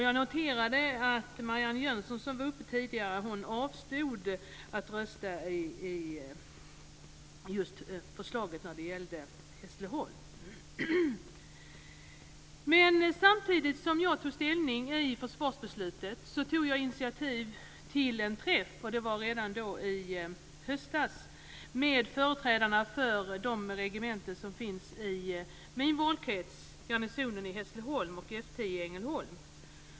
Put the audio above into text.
Jag noterade att Marianne Jönsson, som var uppe i debatten tidigare, avstod från att rösta om förslaget när det gällde just Men samtidigt som jag tog ställning i försvarsbeslutet tog jag redan i höstas initiativ till en träff med företrädarna för de regementen som finns i min valkrets, garnisonen i Hässleholm och F 10 i Ängelholm.